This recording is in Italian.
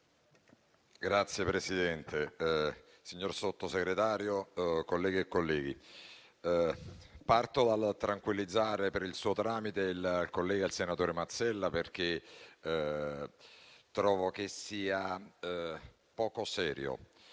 Signor Presidente, signor Sottosegretario, colleghe e colleghi, parto dal tranquillizzare per il suo tramite il collega, senatore Mazzella, perché trovo che sia poco serio